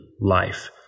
life